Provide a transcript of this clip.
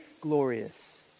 glorious